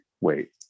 Wait